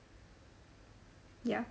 ya